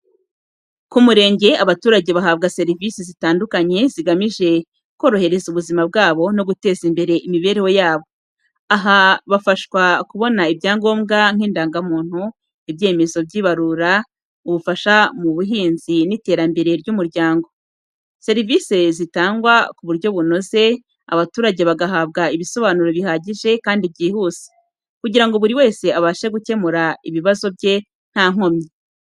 Ku murenge, abaturage bahabwa serivisi zitandukanye zigamije korohereza ubuzima bwabo no guteza imbere imibereho myiza. Aha, bafashwa kubona ibyangombwa nk’indangamuntu, ibyemezo by’ibarura, ubufasha mu buhinzi n’iterambere ry’umuryango. Serivise zitangwa ku buryo bunoze, abaturage bagahabwa ibisobanuro bihagije kandi byihuse, kugira ngo buri wese abashe gukemura ibibazo bye nta nkomyi.